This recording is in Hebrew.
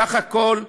בסך הכול,